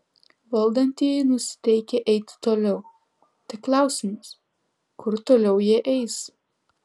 valdantieji nusiteikę eiti toliau tik klausimas kur toliau jie eis